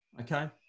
Okay